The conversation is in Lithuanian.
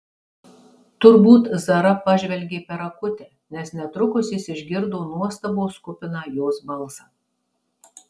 turbūt zara pažvelgė per akutę nes netrukus jis išgirdo nuostabos kupiną jos balsą